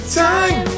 time